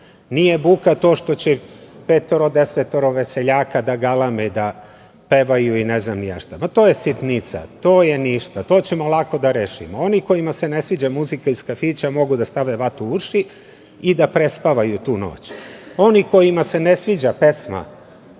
nije buka to što će petoro, desetoro veseljaka da galame, da pevaju i ne znam ni ja šta. To je sitnica, to je ništa. To ćemo lako da rešimo. Oni kojima se ne sviđa muzika iz kafića mogu da stave vatu u uši i da prespavaju tu noć. Oni kojima se ne sviđa pesma